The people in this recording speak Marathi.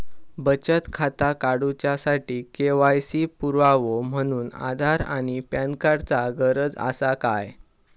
बचत खाता काडुच्या साठी के.वाय.सी पुरावो म्हणून आधार आणि पॅन कार्ड चा गरज आसा काय?